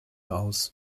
aus